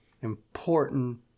important